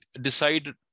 decide